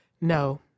No